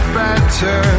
better